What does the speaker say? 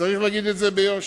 צריך להגיד את זה ביושר.